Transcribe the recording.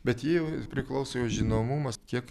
bet ji jau priklauso jos žinomumas kiek